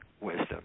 wisdom